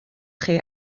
olchi